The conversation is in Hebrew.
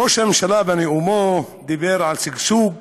ראש הממשלה בנאומו דיבר על שגשוג